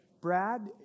Brad